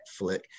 Netflix